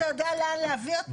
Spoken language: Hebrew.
אתה יודע לאן להביא אותו?